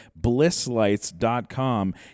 BlissLights.com